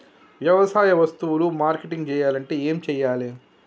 వ్యవసాయ వస్తువులు మార్కెటింగ్ చెయ్యాలంటే ఏం చెయ్యాలే?